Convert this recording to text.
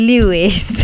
Lewis